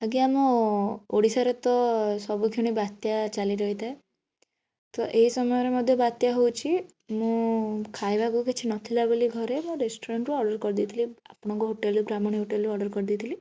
ଆଜ୍ଞା ଆମ ଓଡ଼ିଶାରେ ତ ସବୁକ୍ଷଣି ବାତ୍ୟା ଚାଲି ରହିଥାଏ ତ ଏହି ସମୟରେ ମଧ୍ୟ ବାତ୍ୟା ହେଉଛି ମୁଁ ଖାଇବାକୁ କିଛି ନଥିଲା ବୋଲି ଘରେ ମୁଁ ରେଷ୍ଟୁରାଣ୍ଟରୁ ଅର୍ଡ଼ର କରିଦେଇଥିଲି ଆପଣଙ୍କ ହୋଟେଲରୁ ବ୍ରାହ୍ମଣୀ ହୋଟେଲରୁ ଅର୍ଡ଼ର କରିଦେଇଥିଲି